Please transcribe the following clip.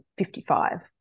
55